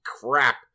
crap